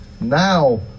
now